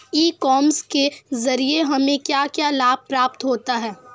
ई commerce के ज़रिए हमें क्या क्या लाभ प्राप्त होता है?